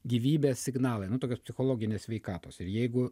gyvybės signalai nu tokios psichologinės sveikatos ir jeigu